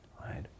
right